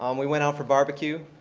um we went out for barbecue,